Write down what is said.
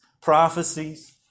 prophecies